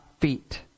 feet